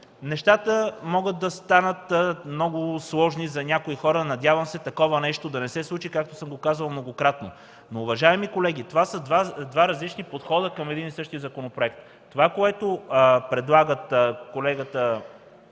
нещата могат да станат много сложни за някои хора. Надявам се такова нещо да не се случи, както многократно съм го казвал. Уважаеми колеги, това са два различни подхода към един и същи законопроект. Това, което предлага колегата